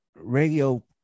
radio